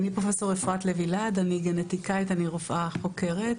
אני גנטיקאית ורופאה חוקרת.